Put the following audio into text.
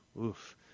oof